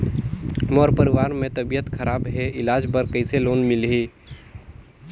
मोर परवार मे तबियत खराब हे इलाज बर कइसे लोन मिलही?